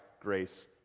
grace